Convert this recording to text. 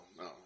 no